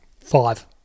Five